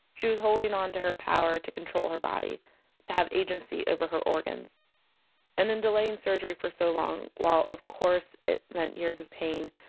she was holding onto her power to control her body to have agency over her organs and in delaying surgery for so long, while of course it meant years of pain,